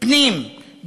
פנים,